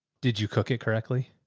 did you cook it correctly?